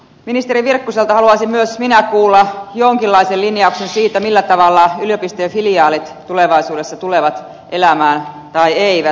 ministeri virkkuselta haluaisin myös minä kuulla jonkinlaisen linjauksen siitä millä tavalla yliopistojen filiaalit tulevaisuudessa tulevat elämään tai eivät